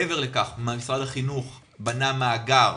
מעבר לכך, משרד החינוך בנה מאגר